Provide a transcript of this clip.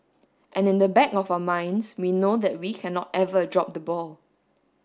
and in the back of our minds we know that we cannot ever drop the ball